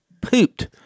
pooped